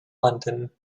london